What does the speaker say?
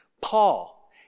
Paul